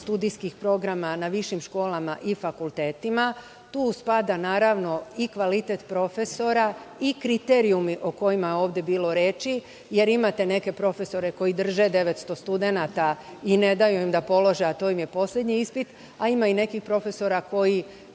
studijskih programa na višim školama i fakultetima. Tu spada, naravno, i kvalitet profesora i kriterijumi o kojima je ovde bilo reči, jer imate neke profesore koji drže 900 studenata i ne daju im da polože, a to im je poslednji ispit, a ima i nekih profesora koji